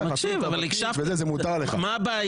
מה הבעיה?